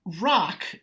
rock